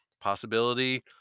possibility